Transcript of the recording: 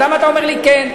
אז למה אתה אומר לי כן?